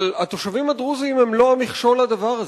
אבל התושבים הדרוזים הם לא המכשול לדבר הזה.